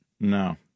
No